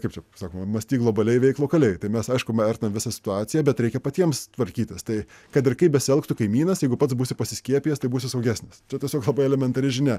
kaip čia sakoma mąstyk globaliai veik lokaliai tai mes aišku vertinam visą situaciją bet reikia patiems tvarkytis tai kad ir kaip besielgtų kaimynas jeigu pats būsi pasiskiepijęs tai būsi saugesnis čia tiesiog labai elementari žinia